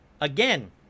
Again